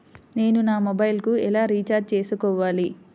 నేను నా మొబైల్కు ఎలా రీఛార్జ్ చేసుకోవాలి?